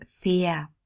fear